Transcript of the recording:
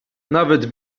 nawet